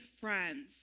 friends